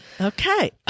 Okay